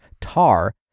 tar